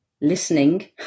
listening